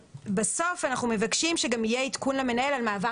ובסוף אנחנו מבקשים שגם יהיה עדכון למנהל על מעבר